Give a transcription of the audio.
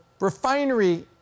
refinery